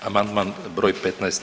Amandman broj 15.